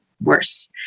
worse